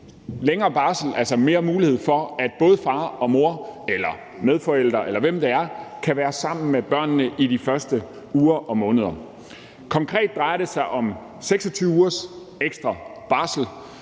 længere barsel, altså mere mulighed for, at både far og mor eller medforældre, eller hvem det end er, kan være sammen med børnene i de første uger og måneder. Konkret drejer det sig om 26 ugers ekstra barsel.